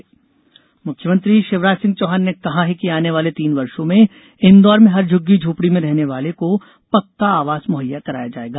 CM Indore मुख्यमंत्री शिवराज सिंह चौहान ने कहा है कि आने वाले तीन वर्षो में इंदौर में हर झुग्गी झोपड़ी में रहने वालों को पक्का आवास मुहैया कराया जाएगा